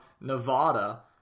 Nevada